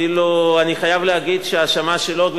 אפילו אני חייב להגיד שההאשמה שלו,